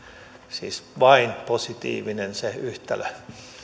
siis vain positiivinen se yhtälö